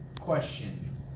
question